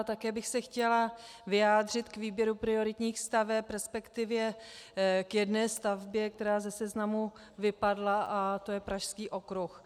Také bych se chtěla vyjádřit k výběru prioritních staveb, resp. k jedné stavbě, která ze seznamu vypadla, a to je Pražský okruh.